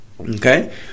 Okay